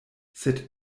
sed